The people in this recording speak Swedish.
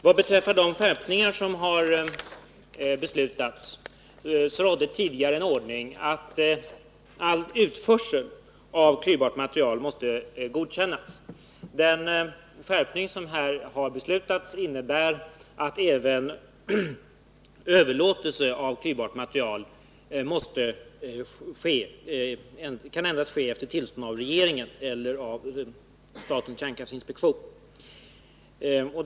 Vad beträffar de skärpningar som har beslutats, så rådde tidigare den ordningen att all utförsel av klyvbart material måste godkännas. Den skärpning som här har beslutats innebär att även överlåtelse av klyvbart material endast kan ske efter tillstånd av regeringen.